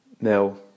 Now